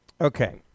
okay